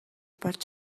болж